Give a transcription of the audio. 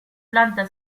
planta